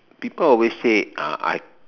people always say uh I